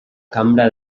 cambra